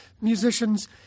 musicians